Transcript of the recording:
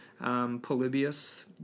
Polybius